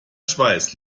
schweiß